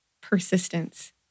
persistence